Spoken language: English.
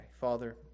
Father